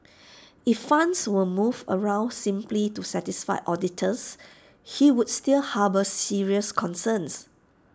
if funds were moved around simply to satisfy auditors he would still harbour serious concerns